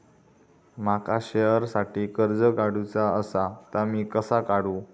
माका शेअरसाठी कर्ज काढूचा असा ता मी कसा काढू?